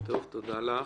תודה לך.